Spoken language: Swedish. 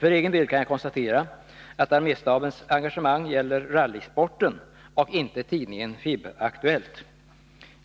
För egen del kan jag konstatera att arméstabens engagemang gäller rallysporten och inte tidningen FIB-Aktuellt.